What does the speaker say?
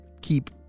keep